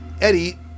Eddie